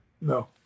No